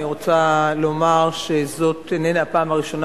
אני רוצה לומר שזאת איננה הפעם הראשונה